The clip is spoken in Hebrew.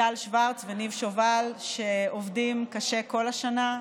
ליטל שוורץ וניב שובל, שעובדים קשה כל השנה.